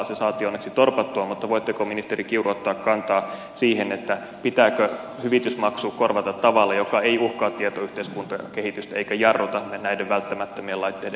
se saatiin onneksi torpattua mutta voitteko ministeri kiuru ottaa kantaa siihen pitääkö hyvitysmaksu korvata tavalla joka ei uhkaa tietoyhteiskuntakehitystä eikä jarruta näiden välttämättömien laitteiden yleistymistä